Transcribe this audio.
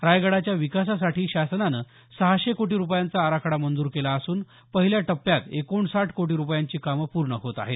रायगडाच्या विकासासाठी शासनानं सहाशे कोटी रुपयांचा आराखडा मंजूर केला असून पहिल्या टप्प्यात एकोणसाठ कोटी रुपयांची कामं पूर्ण होत आहेत